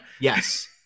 Yes